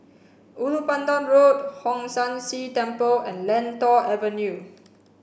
Ulu Pandan Road Hong San See Temple and Lentor Avenue